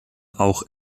auch